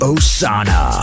Osana